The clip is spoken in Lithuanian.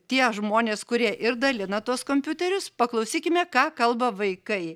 tie žmonės kurie ir dalina tuos kompiuterius paklausykime ką kalba vaikai